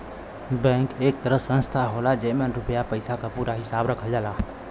bank एक तरह संस्था होला जेमन रुपया पइसा क पूरा हिसाब रखल जाला